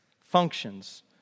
functions